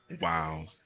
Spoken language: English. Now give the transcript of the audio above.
Wow